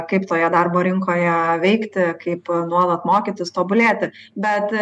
kaip toje darbo rinkoje veikti kaip nuolat mokytis tobulėti bet